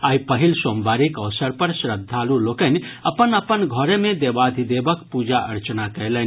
आइ पहिल सोमवारीक अवसर पर श्रद्धालु लोकनि अपन अपन घरे मे देवाधिदेवक पूजा अर्चना कयलनि